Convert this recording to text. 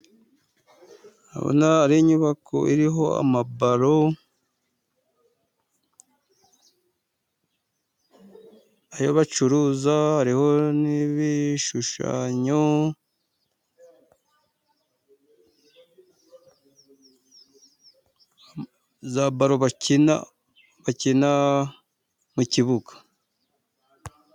Ndabona ari inyubako iriho amabalo yo bacuruza, hariho n'ibishushanyo, za balo bakina bakina mu kibuga.